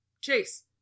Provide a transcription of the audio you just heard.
Chase